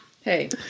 Hey